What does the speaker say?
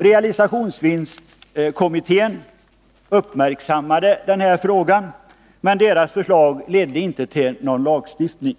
Realisationsvinstkommittén uppmärksammade den här frågan, men dess förslag ledde inte till någon lagstiftning,